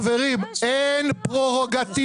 חברים, אין פררוגטיבה.